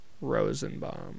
rosenbaum